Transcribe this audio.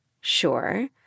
sure